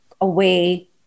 away